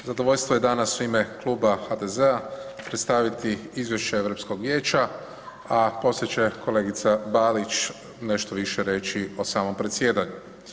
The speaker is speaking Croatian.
Zadovoljstvo je danas u ime Kluba HDZ-a predstaviti izvješća Europskog vijeća, a poslije će kolegica Balić nešto više reći o samom predsjedanju.